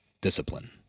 Discipline